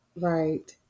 right